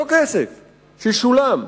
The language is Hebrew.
אותו כסף ששולם.